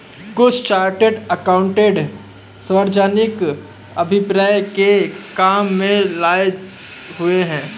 कुछ chartered accountant सार्वजनिक अभ्यास के काम में लगे हुए हैं